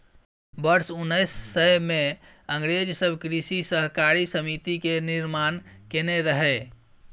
वर्ष उन्नैस सय मे अंग्रेज सब कृषि सहकारी समिति के निर्माण केने रहइ